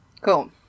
Cool